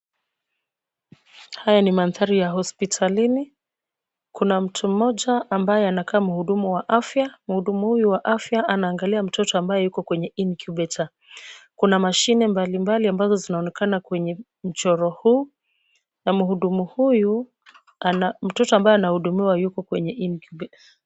Haya ni mandhari ya hospitalini. Kuna mtu mmoja ambaye anakaa mhudumu wa afya. Mhudumu huyu wa afya anaangalia mtoto ambaye yuko kwenye incubator kuna mashine mbalimbali ambazo zinaonekana kwenye mchoro huu na mhudumu huyu, mtoto ambaye anahudumiwa yuko kwenye incubator .